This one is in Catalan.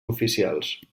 oficials